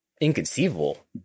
inconceivable